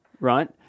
Right